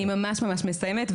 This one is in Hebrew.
אני ממש ממש מסיימת.